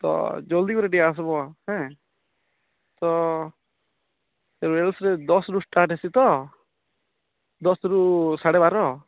ତ ଜଲ୍ଦି କରି ଟିକେ ଆସବ ହେଁ ତ ଦଶରୁ ଷ୍ଟାର୍ଟ୍ ହେସି ତ ଦଶରୁ ସାଢ଼େ ବାର